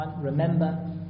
Remember